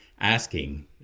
asking